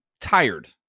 tired